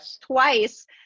twice